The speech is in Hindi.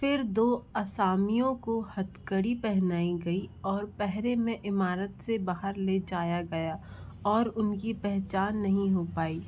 फिर दो असामियों को हथकड़ी पहनाई गई और पहरे में इमारत से बाहर ले जाया गया और उनकी पहचान नहीं हो पाई